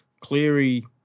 Cleary